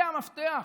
זה המפתח.